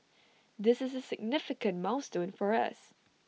this is A significant milestone for us